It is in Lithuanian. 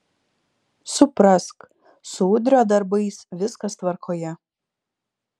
suprask su udrio darbais viskas tvarkoje